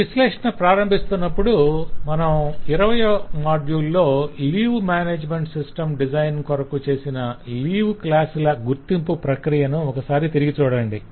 ఈ విశ్లేషణ ప్రారంభిస్తున్నప్పుడు మనం 20వ మాడ్యూల్ లో లీవ్ మ్యానేజ్మెంట్ సిస్టమ్ డిజన్ కొరకు చేసిన లీవ్ క్లాస్ ల గుర్తింపు ప్రక్రియను ఒక సారి తిరిగి చూడండి